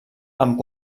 amb